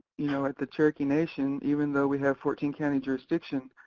you know at the cherokee nation, even though we have fourteen county jurisdictions,